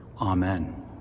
Amen